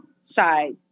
side